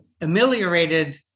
ameliorated